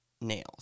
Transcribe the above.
nails